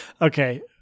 okay